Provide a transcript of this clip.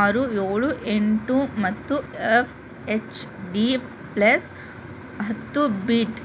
ಆರು ಏಳು ಎಂಟು ಮತ್ತು ಎಫ್ ಎಚ್ ಡಿ ಪ್ಲಸ್ ಹತ್ತು ಬೀಟ್